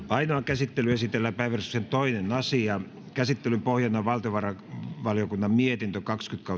ainoaan käsittelyyn esitellään päiväjärjestyksen toinen asia käsittelyn pohjana on valtiovarainvaliokunnan mietintö kaksikymmentä